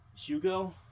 Hugo